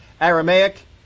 Aramaic